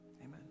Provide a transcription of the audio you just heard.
Amen